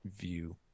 view